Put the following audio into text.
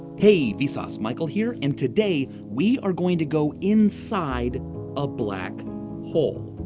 hey, vsauce. michael here. and today we are going to go inside a black hole.